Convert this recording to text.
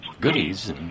goodies